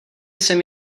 jsem